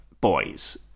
boys